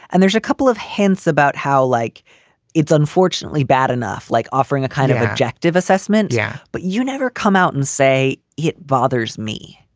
and there's a couple of hints about how like it's unfortunately bad enough, like offering a kind of objective assessment. yeah, but you never come out and say it bothers me.